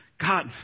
God